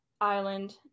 island